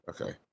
Okay